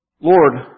Lord